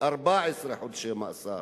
14 חודשי מאסר.